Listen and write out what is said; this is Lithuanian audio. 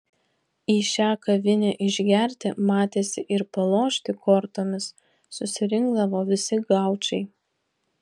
į šią kavinę išgerti matėsi ir palošti kortomis susirinkdavo visi gaučai